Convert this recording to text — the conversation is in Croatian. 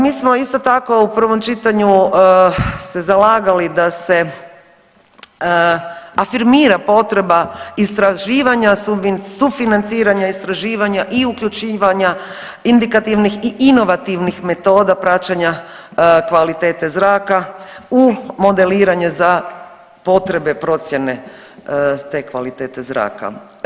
Mi smo isto tako u prvom čitanju se zalagali da se afirmira potreba istraživanja, sufinanciranja istraživanja i uključivanja indikativnih i inovativnih metoda praćenja kvalitete zraka u modeliranje za potrebe procjene te kvalitete zraka.